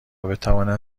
بتواند